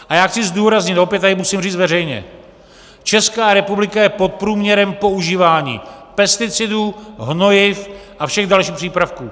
A já chci zdůraznit, a opět to tady musím říct veřejně, že Česká republika je pod průměrem používání pesticidů, hnojiv a všech dalších přípravků.